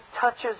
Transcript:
touches